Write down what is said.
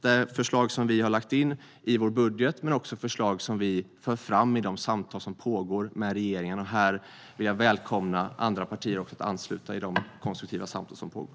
Det här är förslag som vi har lagt fram i vår budget men också förslag som vi för fram i de samtal som pågår med regeringen. Jag vill välkomna andra partier att också ansluta i de konstruktiva samtal som pågår.